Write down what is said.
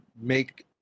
make